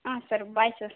ಹಾಂ sir bye sir